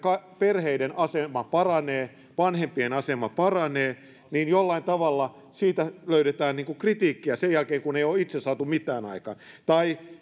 perheiden asema vanhempien asema paranee lopulta vuosien tai vuosikymmenien jälkeen etenee niin jollain tavalla siitä löydetään kritiikkiä sen jälkeen kun ei ole itse saatu mitään aikaan tai